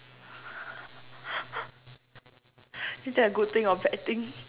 is that a good thing or bad thing